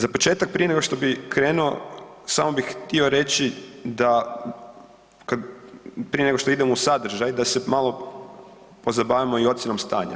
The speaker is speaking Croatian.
Za početak prije nego što bi krenuo samo bih htio reći da prije nego što idem u sadržaj da se malo pozabavimo i ocjenom stanja.